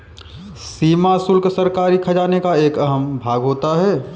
सीमा शुल्क सरकारी खजाने का एक अहम भाग होता है